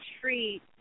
treat